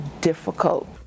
difficult